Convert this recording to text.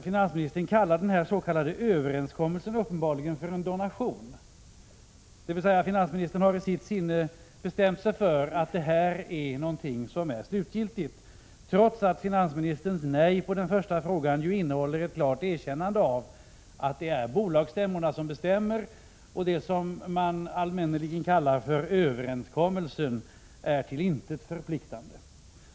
Finansministern kallar den s.k. överenskommelsen uppenbarligen för en donation, dvs. finansministern har i sitt sinne bestämt sig för att det här är någonting slutgiltigt, trots att finansministerns nej till den första frågan innehöll ett klart erkännande av att det är bolagsstämmorna som bestämmer och att det som man allmänneligen kallar överenskommelsen är till intet förpliktande.